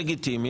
לגיטימי.